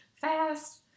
fast